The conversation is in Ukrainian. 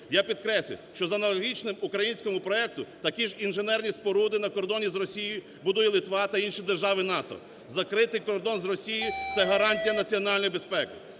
Я підкреслюю, що за аналогічним українському проекту такі ж інженерні споруди на кордоні з Росією будує Литва та інші держави НАТО. Закритий кордон з Росією – це гарантія національної безпеки.